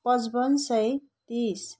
पच्पन्न सय तिस